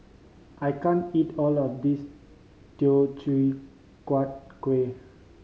I can't eat all of this Teochew Huat Kuih